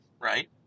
Right